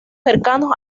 cercanos